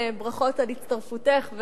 ברכות על הצטרפותך,